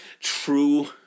True